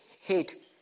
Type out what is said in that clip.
hate